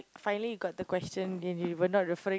finally you got the question delivered not referring